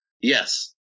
Yes